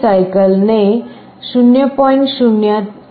0 અથવા 1